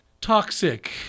toxic